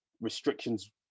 restrictions